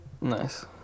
nice